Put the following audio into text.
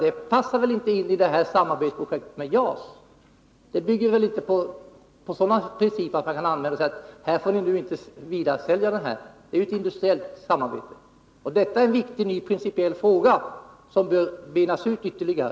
Det passar väl inte in i samarbetsprojektet om JAS. Det samarbetet bygger väl inte på sådana principer att man kan göra förbehåll om att någon vidareförsäljning inte får ske. Det är ju ett industriellt samarbete. Detta är en viktig, ny principiell fråga som bör benas upp ytterligare.